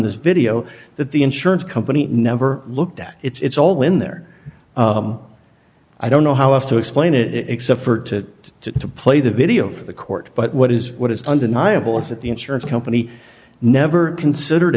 this video that the insurance company never looked at it's all in there i don't know how else to explain it except for to to play the video for the court but what is what is undeniable is that the insurance company never considered